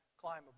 climb